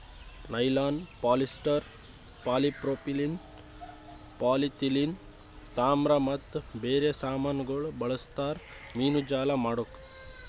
nylon, polyester, polypropylene, polyethylene, ತಾಮ್ರ ಮತ್ತ ಬೇರೆ ಸಾಮಾನಗೊಳ್ ಬಳ್ಸತಾರ್ ಮೀನುಜಾಲಿ ಮಾಡುಕ್